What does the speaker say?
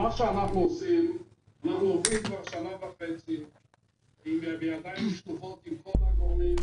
אנחנו עובדים גם שנה וחצי בידיים שלובות עם כל הגורמים,